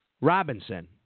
Robinson